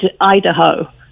Idaho